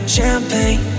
Champagne